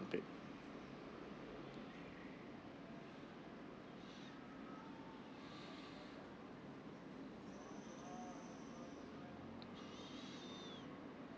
paid